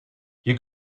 you